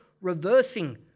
reversing